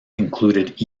included